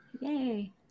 Yay